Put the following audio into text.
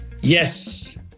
Yes